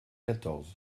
quatorze